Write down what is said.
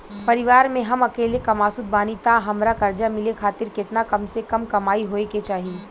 परिवार में हम अकेले कमासुत बानी त हमरा कर्जा मिले खातिर केतना कम से कम कमाई होए के चाही?